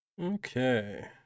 Okay